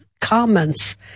comments